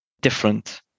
different